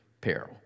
peril